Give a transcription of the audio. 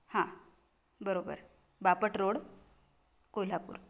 हां बरोबर बापट रोड कोल्हापूर